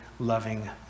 loving